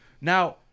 Now